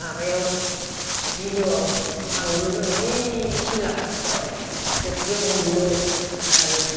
माबायाव बिलोआव थाङोमोन जोङो ऐइ सिमला खाथियाव फख्रियाव हमनो आरो